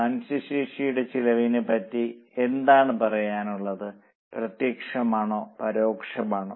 മനുഷ്യ ശേഷിയുടെ ചെലവിന് പറ്റി എന്താണ് പറയുവാനുള്ളത് പ്രത്യക്ഷമാണോ പരോക്ഷമാണോ